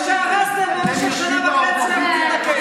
מה שהרסתם שנה וחצי נתקן.